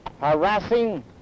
harassing